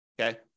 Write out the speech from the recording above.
Okay